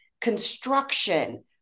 construction